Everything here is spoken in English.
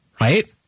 right